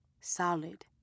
solid